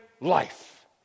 life